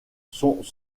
sont